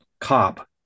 cop